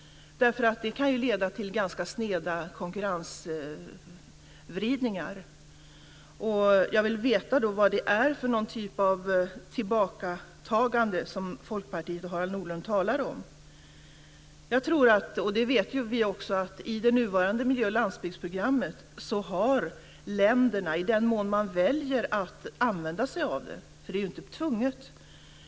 Det kan ju leda till ganska sneda konkurrensvridningar. Jag vill veta vad det är för typ av tillbakatagande som Jag tror, och det vet vi ju också, att i det nuvarande miljö och landsbygdsprogrammet har länderna möjlighet att använda sig av det här i den mån man väljer att göra det. Men det är inte tvunget.